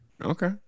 Okay